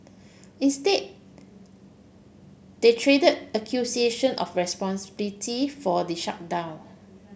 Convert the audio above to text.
instead they traded accusation of responsibility for the shutdown